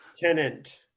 Tenant